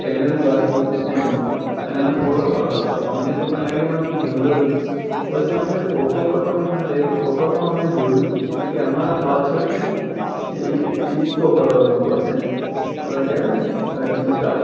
કેમેરુ રાખ્યું હતું સ્ટેન્ડમાં અને અમે ફોટો પડતા હતા તો અમને તો કાંઈ આઇડિયા ન હતું જંગલ હતું તો પછી અમને ફોટોગ્રાફરમાં અમે દે ફોટોમાં અમે જોયું કે અમારા પાછળ છે ને કે એ ચીત્તો ખડો હતો બરોબરને જે આપણે કહેવાયને ચીત્તા